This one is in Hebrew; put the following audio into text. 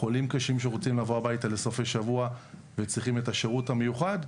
חולים קשים שרוצים לבוא הביתה לסופי שבוע וצריכים את השירות המיוחד,